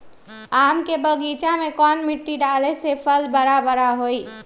आम के बगीचा में कौन मिट्टी डाले से फल बारा बारा होई?